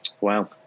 Wow